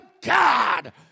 God